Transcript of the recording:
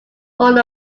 fall